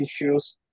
issues